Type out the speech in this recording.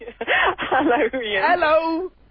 Hello